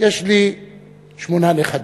שיש לי שמונה נכדים,